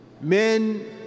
Men